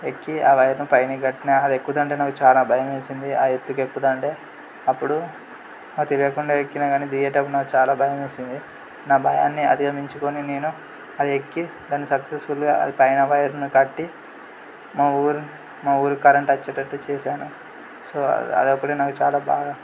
ఎక్కి ఆ వైరును పైన కట్టిన అది ఎక్కుతాంటే నాకు చానా భయం వేసింది ఆ ఎత్తుకు ఎక్కుతుంటే అప్పుడు నాకు తెలియకుండా ఎక్కినా కానీ దిగేటప్పుడు నాకు చాలా భయం వేసింది నా భయాన్ని అధిగమించుకొని నేను అది ఎక్కి దాన్ని సక్సెస్ఫుల్గా అది పైన వైరును కట్టి మా ఊరి మా ఊరికి కరెంట్ వచ్చేటట్టు చేశాను సో అది ఒక్కటే నాకు చాలా బాగా